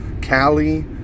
Cali